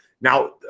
Now